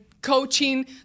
coaching